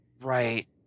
Right